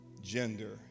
gender